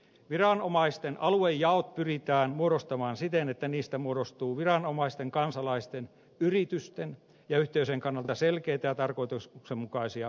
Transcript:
viranomaisten aluejaot pyritään muodostamaan siten että niistä muodostuu viranomaisten kansalaisten yritysten ja yhteisöjen kannalta selkeitä ja tarkoituksenmukaisia kokonaisuuksia